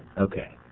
okay.